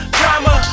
drama